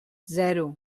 zero